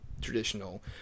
traditional